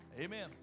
Amen